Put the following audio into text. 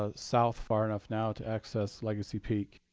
ah south far enough now to access legacy peak.